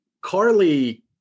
Carly